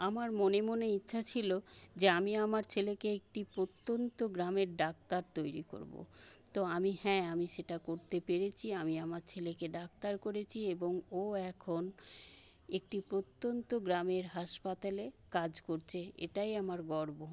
আমার মনে মনে ইচ্ছা ছিল যে আমি আমার ছেলেকে একটি প্রত্যন্ত গ্রামের ডাক্তার তৈরি করব তো আমি হ্যাঁ আমি সেটা করতে পেরেছি আমি আমার ছেলেকে ডাক্তার করেছি এবং ও এখন একটি প্রত্যন্ত গ্রামের হাসপাতালে কাজ করছে এটাই আমার গর্ব